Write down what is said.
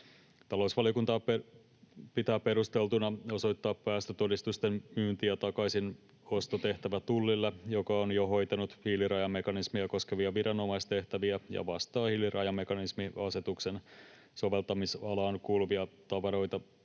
Talousvaliokunta pitää perusteltuna osoittaa päästötodistusten myynti- ja takaisinostotehtävä Tullille, joka on jo hoitanut hiilirajamekanismia koskevia viranomaistehtäviä ja vastaa hiilirajamekanismiasetuksen soveltamisalaan kuuluvia tavaroita